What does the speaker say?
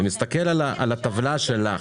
אני מסתכל על הטבלה שלך